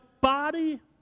body